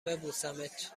ببوسمت